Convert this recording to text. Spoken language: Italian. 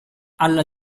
alla